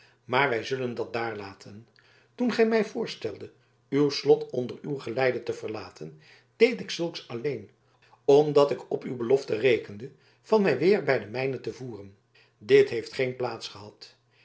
maar wij zullen dat daarlaten toen gij mij voorsteldet uw slot onder uw geleide te verlaten deed ik zulks alleen omdat ik op uw belofte rekende van mij weer bij de mijnen te voeren dit heeft geene plaats gehad